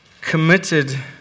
committed